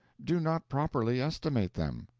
do not properly estimate them.